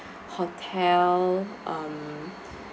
hotel um